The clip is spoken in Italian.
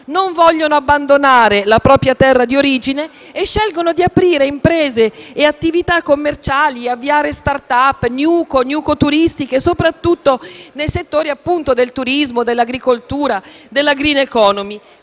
non volendo abbandonare la propria terra di origine, scelgono di aprire imprese e attività commerciali, avviare *start-up* e *new-co* soprattutto nei settori del turismo, dell'agricoltura e della *green economy*,